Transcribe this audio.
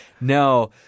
No